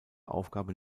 aufgabe